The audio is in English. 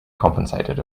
compensated